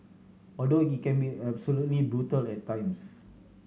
although it can be absolutely brutal at times